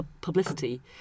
publicity